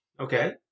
Okay